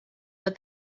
but